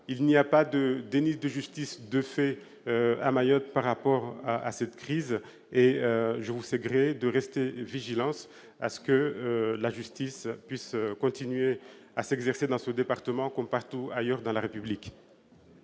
de fait, de déni de justice à Mayotte du fait de cette crise. Je vous sais gré de rester vigilante, pour que la justice puisse continuer de s'exercer dans ce département comme partout ailleurs dans la République.